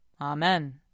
Amen